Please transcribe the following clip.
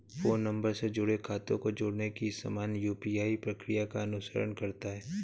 phone number से जुड़े खातों को जोड़ने की सामान्य यू.पी.आई प्रक्रिया का अनुसरण करता है